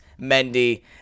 Mendy